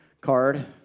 card